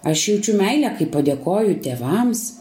aš jaučiu meilę kai padėkoju tėvams